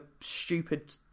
stupid